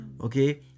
Okay